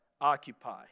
occupy